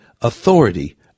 authority